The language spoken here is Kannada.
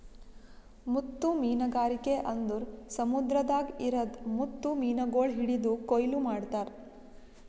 ಮುತ್ತು ಮೀನಗಾರಿಕೆ ಅಂದುರ್ ಸಮುದ್ರದಾಗ್ ಇರದ್ ಮುತ್ತು ಮೀನಗೊಳ್ ಹಿಡಿದು ಕೊಯ್ಲು ಮಾಡ್ತಾರ್